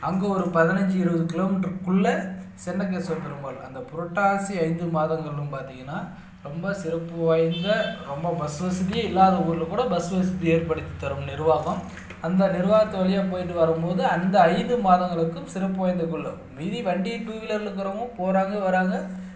அங்கே ஒரு பதினஞ்சு இருபது கிலோமீட்டருக்குள்ளே சென்னகேஸ்வர பெருமாள் அந்த புரட்டாசி ஐந்து மாதங்களும் பார்த்திங்கன்னா ரொம்ப சிறப்பு வாய்ந்த ரொம்ப பஸ் வசதியே இல்லாத ஊரில் கூட பஸ் வசதி ஏற்படுத்தி தரும் நிர்வாகம் அந்த நிர்வாகத்து வழியாக போயிட்டு வரும் போது அந்த ஐந்து மாதங்களுக்கும் சிறப்பு வாய்ந்த மீறி வண்டி டூவீலரில் இருக்கிறவங்க போகிறாங்க வராங்க